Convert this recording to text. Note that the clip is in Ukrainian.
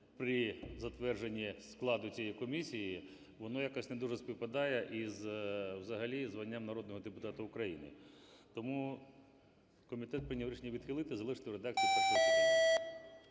при затвердженні складу цієї комісії, воно якось не дуже співпадає взагалі із званням народного депутата України. Тому комітет прийняв рішення відхилити і залишити в редакції